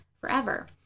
forever